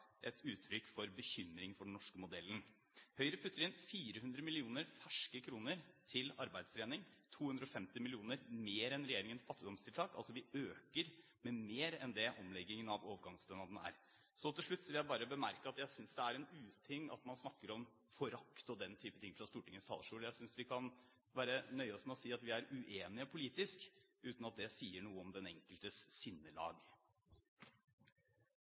et uttrykk for bekymring for den norske modellen. Høyre putter inn 400 mill. ferske kroner til arbeidstrening, 250 mill. kr mer enn regjeringen til fattigdomstiltak. Altså: Vi øker med mer enn det omleggingen av overgangsstønaden er. Til slutt vil jeg bare bemerke at jeg synes det er en uting at man snakker om «forakt» og den type ting fra Stortingets talerstol. Jeg synes vi kan nøye oss med å si at vi er uenige politisk – uten at det sier noe om den enkeltes sinnelag.